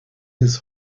his